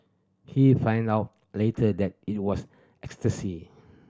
he find out later that it was ecstasy